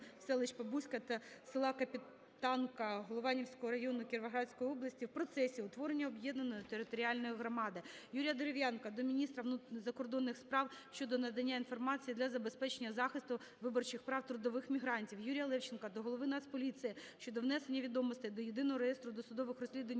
селища Побузьке та села Капітанка Голованівського району Кіровоградської області в процесі утворення об'єднаної територіальної громади. Юрія Дерев'янка до міністра закордонних справ щодо надання інформації для забезпечення захисту виборчих прав трудових мігрантів. Юрія Левченка до голови Нацполіції щодо внесення відомостей до Єдиного реєстру досудових розслідувань